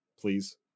please